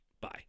Bye